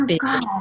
god